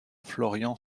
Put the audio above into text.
florian